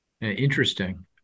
Interesting